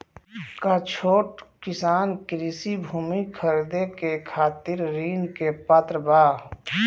का छोट किसान कृषि भूमि खरीदे के खातिर ऋण के पात्र बा?